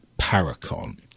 paracon